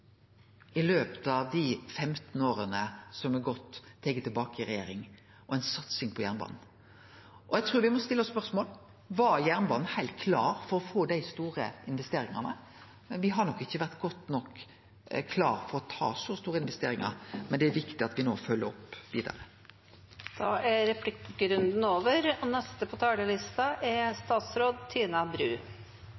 i løpet av dei femten åra som er gått til eg er tilbake i regjering, når det gjeld satsing på jernbanen. Eg trur me må stille oss spørsmålet: Var jernbanen heilt klar for å få dei store investeringane? Me har nok ikkje vore godt nok klar for å ta så store investeringar, men det er viktig at me no følgjer opp vidare. Replikkordskiftet er